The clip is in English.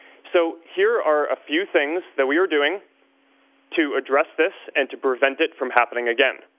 so here are a few things that we are doing to address this and to prevent it from happening again.